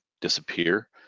disappear